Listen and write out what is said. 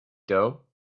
dough